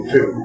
Two